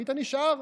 היית נשאר,